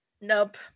Nope